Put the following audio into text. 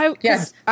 yes